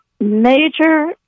major